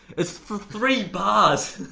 it's thr three bars!